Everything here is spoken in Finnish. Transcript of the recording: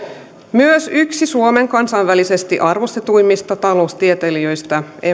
myös yksi suomen kansainvälisesti arvostetuimmista taloustieteilijöistä